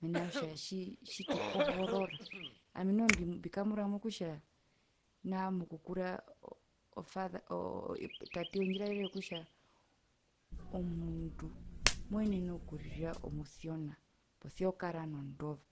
Mena rokutja tjitji tukohorora ami noho mbimu mbikambura mokutja nao mokukura o father oo tate wendjiraere kokutja omundu moenene okurira omusiona posia okara nondova